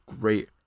great